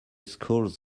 schools